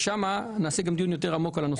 שם נקיים דיון יותר עמוק על הנושא הזה.